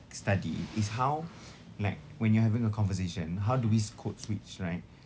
study is how like when you're having a conversation how do we code switch right